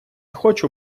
хочу